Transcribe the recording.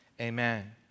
Amen